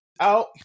out